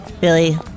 Billy